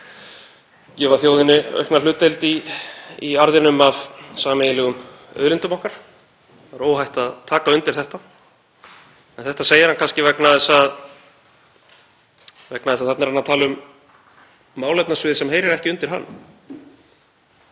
þyrfti þjóðinni aukna hlutdeild í arðinum af sameiginlegum auðlindum okkar. Það er óhætt að taka undir það en þetta segir hann kannski vegna þess að þarna er hann að tala um málefnasvið sem heyrir ekki undir hann.